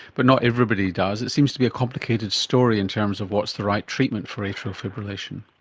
but not everybody does. it seems to be a complicated story in terms of what's the right treatment for atrial fibrillation.